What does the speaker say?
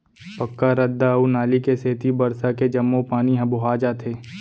पक्का रद्दा अउ नाली के सेती बरसा के जम्मो पानी ह बोहा जाथे